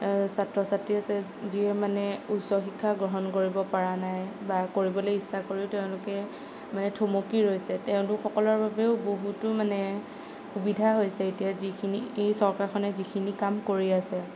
ছাত্ৰ ছাত্ৰী আছে যিয়ে মানে উচ্চ শিক্ষা গ্ৰহণ কৰিবপৰা নাই বা কৰিবলৈ ইচ্ছা কৰিও তেওঁলোকে মানে থমকি ৰৈছে তেওঁলোকসকলৰ বাবেও বহুতো মানে সুবিধা হৈছে এতিয়া যিখিনি এই চৰকাৰখনে যিখিনি কাম কৰি আছে